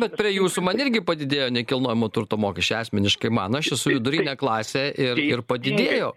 bet prie jūsų man irgi padidėjo nekilnojamo turto mokesčiai asmeniškai man aš esu vidurinė klasė ir ir padidėjo